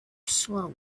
slowly